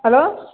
hello